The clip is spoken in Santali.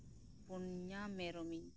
ᱯᱩᱱᱭᱟ ᱢᱮᱨᱚᱢᱤᱧ